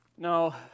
Now